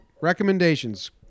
recommendations